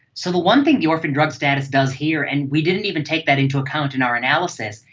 so the one thing the orphan drug status does here, and we didn't even take that into account in our analysis,